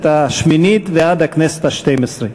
השתים-עשרה.